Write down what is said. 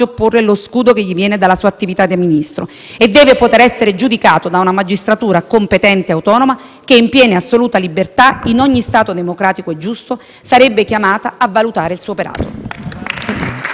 che, in piena e assoluta libertà, in ogni Stato democratico e giusto sarebbe chiamata a valutare il suo operato.